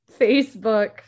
Facebook